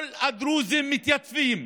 כל הדרוזים מתייצבים,